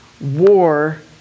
war